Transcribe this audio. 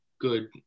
good